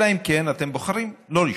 אלא אם כן אתם בוחרים לא לשמוע.